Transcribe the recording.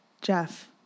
Jeff